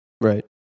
Right